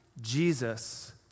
Jesus